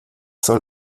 soll